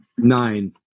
Nine